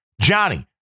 Johnny